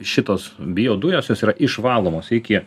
šitos biodujos jos yra išvalomos iki